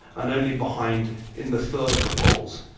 and only behind in the third of the polls.